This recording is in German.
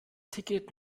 ticket